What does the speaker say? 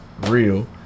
real